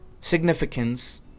significance